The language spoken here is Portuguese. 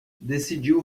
decidiu